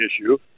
issue